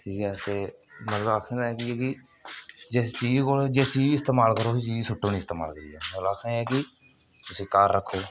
ठीक ऐ ते मतलब आखने दा एह् ऐ कि जिस चीज कोल जिस गी इस्तमाल करो उसी सुट्टो नेईं इस्तामल करियै मतलब आखने दा एह् ऐ कि उसी घर रक्खो